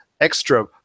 extra